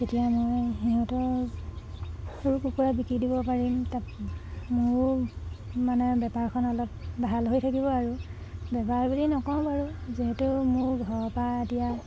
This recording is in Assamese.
তেতিয়া মই সিহঁতৰ সৰু কুকুৰা বিকি দিব পাৰিম তাত মোৰ মানে বেপাৰখন অলপ ভাল হৈ থাকিব আৰু বেপাৰ বুলি নকওঁ বাৰু যিহেতু মোৰ ঘৰৰপৰা এতিয়া